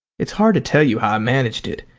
it's hard to tell you how i managed it.